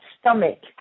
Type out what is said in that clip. stomach